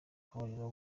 akabariro